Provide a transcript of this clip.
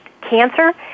cancer